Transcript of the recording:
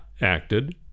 acted